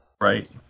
Right